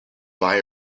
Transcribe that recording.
buy